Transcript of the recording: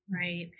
Right